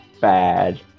bad